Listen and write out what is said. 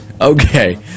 Okay